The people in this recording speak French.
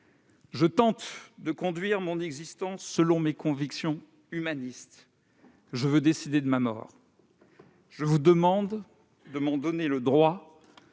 Je tente de conduire mon existence selon mes convictions humanistes. Je veux décider de ma mort et je vous demande de m'en donner le droit